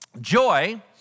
Joy